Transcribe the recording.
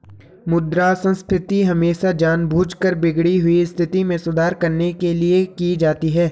मुद्रा संस्फीति हमेशा जानबूझकर बिगड़ी हुई स्थिति में सुधार करने के लिए की जाती है